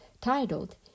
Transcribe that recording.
titled